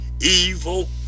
evil